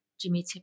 Jimmy